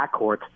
backcourt